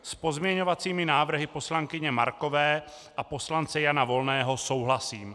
S pozměňovacími návrhy poslankyně Markové a poslance Jana Volného souhlasím.